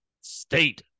state